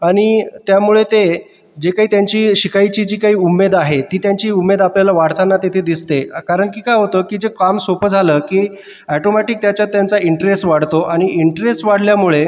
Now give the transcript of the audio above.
आणि त्यामुळे ते जे काही त्यांची शिकायची जी काही उमेद आहे ती त्यांची उमेद आपल्याला वाढताना तेथे दिसते कारण की काय होतं की जे काम सोपं झालं की ॲटोमॅटीक त्याच्यात त्यांचा इंटरेस वाढतो आणि इंटरेस वाढल्यामुळे